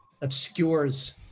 obscures